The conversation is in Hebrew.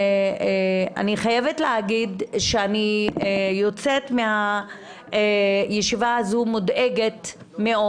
אני חייבת להגיד שאני יוצאת מהישיבה הזו מודאגת מאוד.